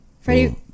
Freddie